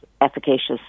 efficacious